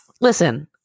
Listen